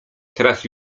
teraz